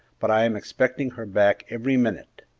but i am expecting her back every minute.